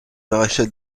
maréchal